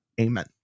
amen